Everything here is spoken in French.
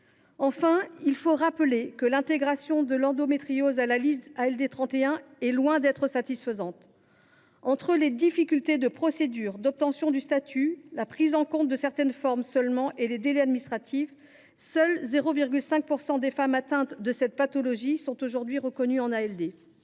Enfin, il faut rappeler que l’intégration de l’endométriose parmi les affections de longue durée hors liste, ou ALD 31, est loin d’être satisfaisante. Entre les difficultés de procédure et d’obtention du statut, la prise en compte de certaines formes seulement et les délais administratifs, seulement 0,5 % des femmes atteintes de cette pathologie sont aujourd’hui reconnues comme